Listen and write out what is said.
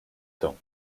temps